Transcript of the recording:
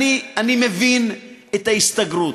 אני מבין את ההסתגרות,